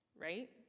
Right